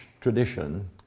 tradition